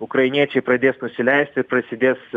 ukrainiečiai pradės nusileisti prasidės